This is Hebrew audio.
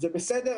זה בסדר,